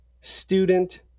student